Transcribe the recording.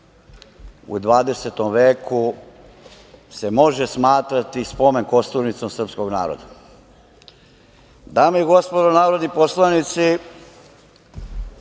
u 20. veku se može smatrati spomen kosturnicom srpskog naroda. Dame i gospodo narodni poslanici,